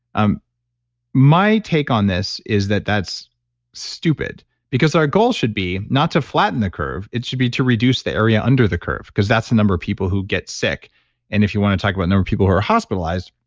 um my take on this is that, that's stupid because our goal should be not to flatten the curve. it should be to reduce the area under the curve, because that's the number of people who get sick and if you want to talk about number people who are hospitalized,